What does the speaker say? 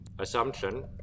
assumption